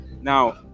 Now